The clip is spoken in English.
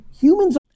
humans